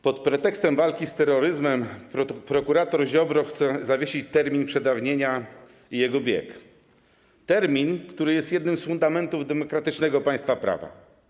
Pod pretekstem walki z terroryzmem prokurator Ziobro chce zawiesić termin przedawnienia i jego bieg - termin, który jest jednym z fundamentów demokratycznego państwa prawa.